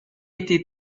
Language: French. été